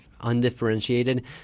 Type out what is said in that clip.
undifferentiated